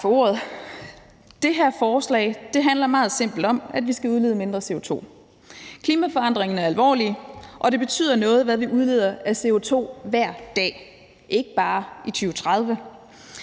Tak for ordet. Det her forslag handler meget simpelt om, at vi skal udlede mindre CO2. Klimaforandringerne er alvorlige, og det betyder noget, hvad vi udleder af CO2 hver dag – ikke bare i 2030.